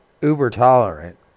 uber-tolerant